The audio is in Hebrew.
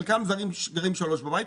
חלקם גרים שלושה בבית,